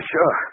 Sure